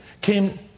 came